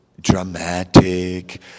dramatic